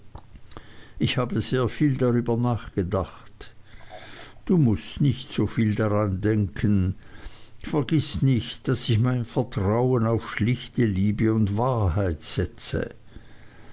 ich habe sehr viel darüber nachgedacht du mußt nicht soviel daran denken vergiß nicht daß ich mein vertrauen auf schlichte liebe und wahrheit setze